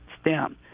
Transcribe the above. STEM